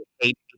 hate